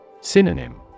Synonym